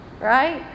right